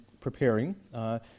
preparing